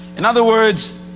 in other words,